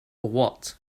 what